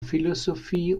philosophie